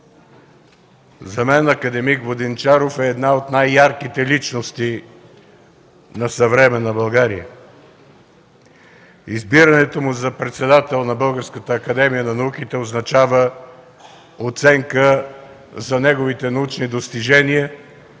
За мен акад. Воденичаров е една от най-ярките личности на съвременна България. Избирането му за председател на Българската академия на науките означава оценка за неговите научни достижения